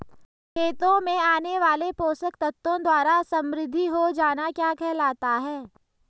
खेतों में आने वाले पोषक तत्वों द्वारा समृद्धि हो जाना क्या कहलाता है?